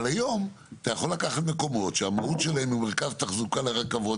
אבל היום אתה יכול לקחת מקומות שהמהות שלכם היא מרכז תחזוקה לרכבות